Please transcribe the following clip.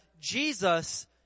Jesus